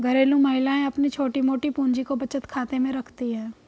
घरेलू महिलाएं अपनी छोटी मोटी पूंजी को बचत खाते में रखती है